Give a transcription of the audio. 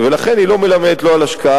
ולכן היא לא מלמדת לא על השקעה,